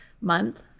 month